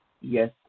Yes